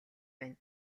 байна